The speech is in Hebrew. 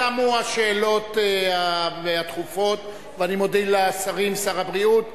תמו השאלות הדחופות ואני מודה לשרים: שר הבריאות,